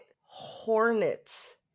hornets